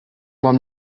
vám